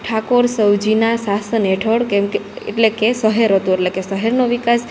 ઠાકોર સવજીના સાસન હેઠળ કેમકે એટલે કે સહેર હતું એટલે કે સહેરનો વિકાસ